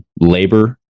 labor